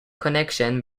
connection